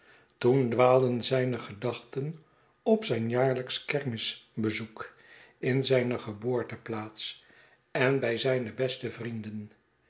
toen dwaalden zijne gedachten op zijn jaarlijksch kerstmisbezoek in zijne geboorteplaats en bij zijne besta vrienden